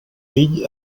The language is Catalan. ell